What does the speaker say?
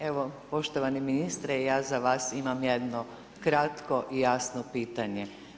Evo poštovani ministre, ja za vas imam jedno kratko i jasno pitanje.